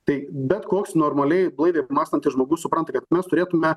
tai bet koks normaliai blaiviai apmąstantis žmogus supranta kad mes turėtume